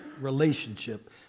relationship